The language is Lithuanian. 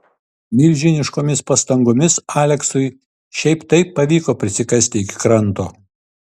milžiniškomis pastangomis aleksui šiaip taip pavyko prisikasti iki kranto